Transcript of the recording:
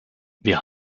wir